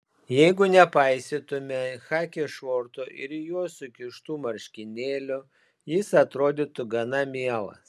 jeigu nepaisytumei chaki šortų ir į juos sukištų marškinėlių jis atrodytų gana mielas